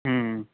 ਹੂੰ